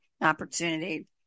opportunity